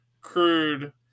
crude